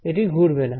এটি ঘুরবে না